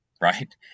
right